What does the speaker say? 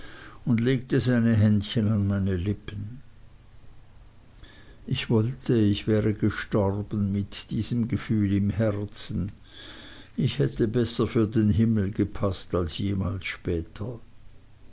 und legte seine händchen an meine lippen ich wollte ich wäre gestorben mit diesem gefühl im herzen ich hätte besser für den himmel gepaßt als jemals später